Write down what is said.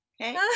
Okay